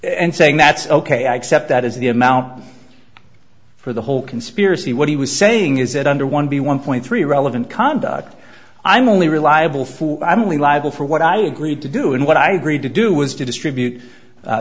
and saying that's ok i accept that is the amount for the whole conspiracy what he was saying is that under one b one point three relevant conduct i'm only reliable for i'm only liable for what i agreed to do and what i agreed to do was to distribute